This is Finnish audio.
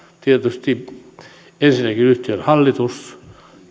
tietysti ensinnäkin yhtiön hallitus